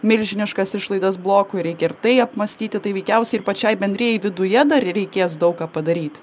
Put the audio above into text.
milžiniškas išlaidas blokui reikia ir tai apmąstyti tai veikiausiai ir pačiai bendrijai viduje dar reikės daug ką padaryt